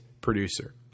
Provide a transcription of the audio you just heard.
producer